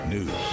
News